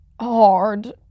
hard